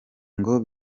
ngo